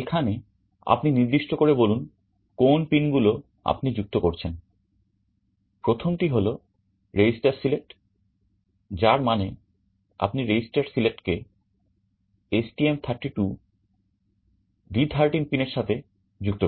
এখানে আপনি নির্দিষ্ট করে বলুন কোন পিন গুলো আপনি যুক্ত করছেন প্রথমটি হলো রেজিস্টার সিলেক্ট